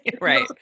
right